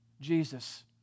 Jesus